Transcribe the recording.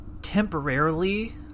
Temporarily